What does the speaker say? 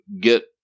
get